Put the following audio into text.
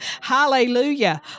Hallelujah